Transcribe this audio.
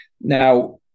Now